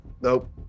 Nope